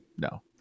no